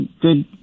good